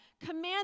command